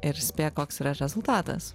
ir spėk koks yra rezultatas